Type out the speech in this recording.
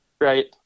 Right